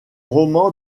roman